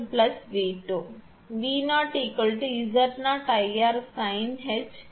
எனவே 𝑉𝑥 சமம் 𝑉𝑛 சமம் V க்கு சமம் எனவே சமன்பாடு 7 என எழுதலாம்